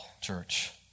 church